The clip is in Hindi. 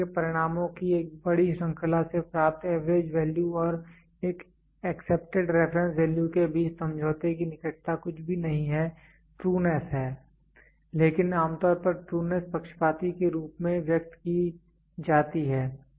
परीक्षण के परिणामों की एक बड़ी श्रृंखला से प्राप्त एवरेज वैल्यू और एक एक्सेप्टेड रेफरेंस वैल्यू के बीच समझौते की निकटता कुछ भी नहीं है ट्रूनेस है लेकिन आमतौर पर ट्रूनेस पक्षपाती के रूप में व्यक्त की जाती है